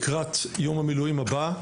לקראת יום המילואים הבא,